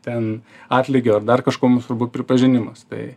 ten atlygio ar dar kažko mums svarbu pripažinimas tai